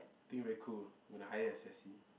think very cool gonna hire assassin